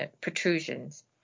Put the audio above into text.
protrusions